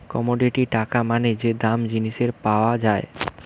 commodity টাকা মানে যে দাম জিনিসের পাওয়া যায়